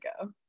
go